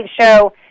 show